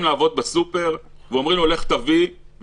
לעבוד בסופר ומבקשים ממנו להביא את הרישום.